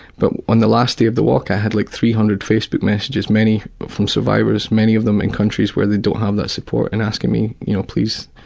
but on the last day of the walk i had like three hundred facebook messages. many from survivors, many of them in countries where they don't have that support, and asking me you know please,